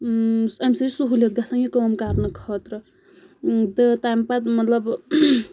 اَمہِ سۭتۍ چھِ سہوٗلیت گژھان یہِ کٲم کَرنہٕ خٲطرٕ تہٕ تَمہِ پَتہٕ مطلب